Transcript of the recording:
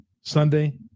Sunday